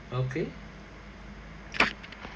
okay